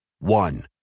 One